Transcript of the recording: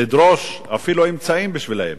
לדרוש אפילו אמצעים בשבילן.